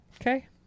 Okay